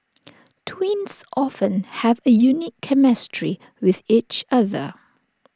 twins often have A unique chemistry with each other